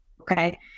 Okay